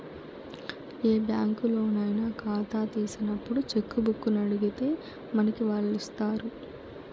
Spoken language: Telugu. ఏ బ్యాంకులోనయినా కాతా తీసినప్పుడు చెక్కుబుక్కునడిగితే మనకి వాల్లిస్తారు